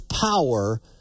power